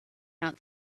out